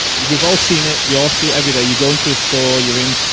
you've you've all seen it you all see everyday you go into a store, you're in